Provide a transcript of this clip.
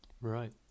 Right